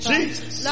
Jesus